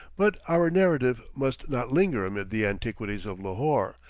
but our narrative must not linger amid the antiquities of lahore,